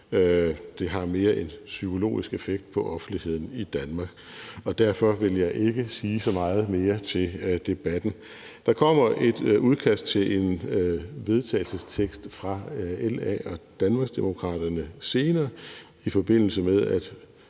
det har mere en psykologisk effekt på offentligheden i Danmark. Derfor vil jeg ikke sige så meget mere til debatten. Der kommer et udkast til en vedtagelsestekst fra Liberal Alliance og Danmarksdemokraterne senere, i forbindelse med at